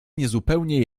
niezupełnie